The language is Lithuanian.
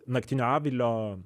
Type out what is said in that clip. naktinio avilio